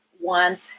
want